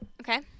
Okay